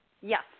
Yes